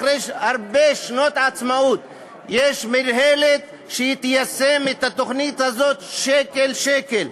אחרי הרבה שנות עצמאות יש מינהלת שתיישם את התוכנית הזאת שקל לשקל,